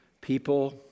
people